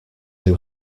who